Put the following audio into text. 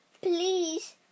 Please